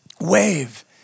Wave